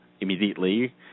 immediately